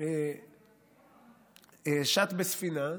שט בספינה,